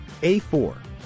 A4